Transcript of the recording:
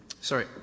Sorry